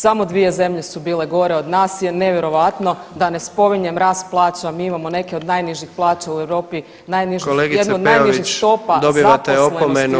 Samo dvije zemlje su bile gore od nas je vjerojatno da ne spominjem rast plaća mi imamo neke od najnižih plaća u Europi, najniže, [[Upadica: Kolegice Peović.]] jednu od najnižih stopa zaposlenosti